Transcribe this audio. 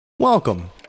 Welcome